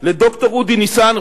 לד"ר אודי ניסן,